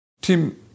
Tim